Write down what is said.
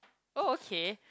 oh okay